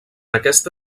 aquesta